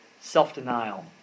self-denial